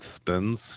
spins